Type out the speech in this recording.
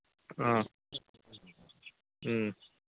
ꯑꯥ ꯎꯝ